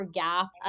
gap